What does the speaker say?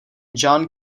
john